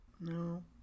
No